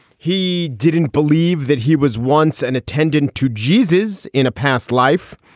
he didn't believe that he was once an attendant to jeezy's in a past life.